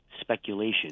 speculation